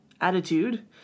attitude